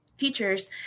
teachers